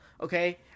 okay